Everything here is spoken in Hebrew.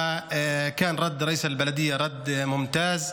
התגובה של ראש העיר הייתה תגובה מצוינת,